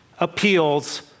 Appeals